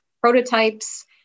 prototypes